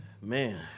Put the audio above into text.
Man